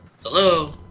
hello